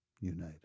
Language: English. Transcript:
United